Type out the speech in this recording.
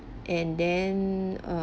and then err